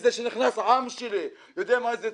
נכנס עם שלי, יודע מה זה תפילה.